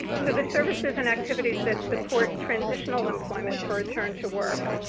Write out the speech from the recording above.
so, the services and activities that support transitional implement for return to work